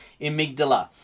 amygdala